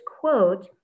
quote